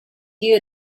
you